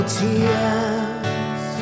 tears